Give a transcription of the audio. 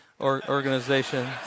Organization